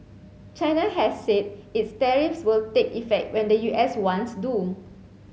china has said its tariffs will take effect when the U S ones do